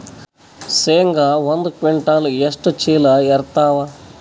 ಶೇಂಗಾ ಒಂದ ಕ್ವಿಂಟಾಲ್ ಎಷ್ಟ ಚೀಲ ಎರತ್ತಾವಾ?